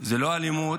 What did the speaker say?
לא אלימות,